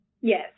yes